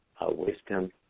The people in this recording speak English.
wisdom